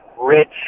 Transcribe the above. rich